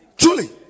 truly